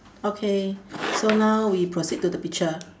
okay so now we proceed to the picture